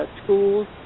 schools